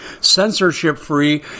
censorship-free